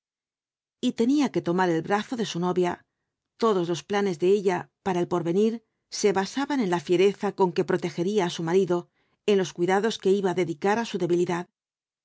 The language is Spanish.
y tenía que tomar el brazo de su novia todos los planes de ella pava el porvenir se basaban en la fiereza con que protegería á su marido en los cuidados que iba á dedicar á su debilidad